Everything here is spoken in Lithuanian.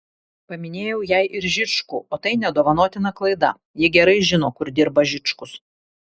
paminėjau jai ir žičkų o tai nedovanotina klaida ji gerai žino kur dirba žičkus